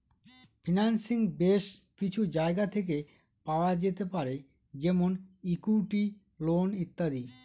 financing base কিছু জায়গা থেকে পাওয়া যেতে পারে যেমন ইকুইটি, লোন ইত্যাদি